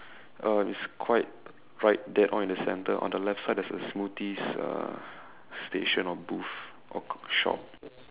um it's quite right dead on in the center on the left side there's a smoothies uh station or booth or shop